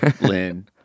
Lynn